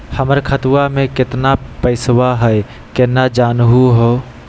हमर खतवा मे केतना पैसवा हई, केना जानहु हो?